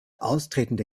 austretende